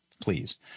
Please